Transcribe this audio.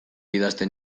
idazten